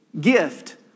gift